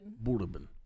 Bourbon